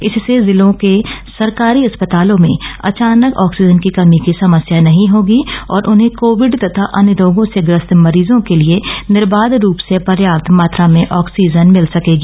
इससे जिलों के सरकारी अस्पतालों में अचानक ऑक्सीजन की कमी की समस्या नहीं होगी और उन्हें कोविड तथा अन्य रोगों से ग्रस्त मरीजों के लिए निर्वाध रूप से पर्याप्त मात्रा में ऑक्सीजन मिल सकेगी